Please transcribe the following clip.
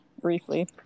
briefly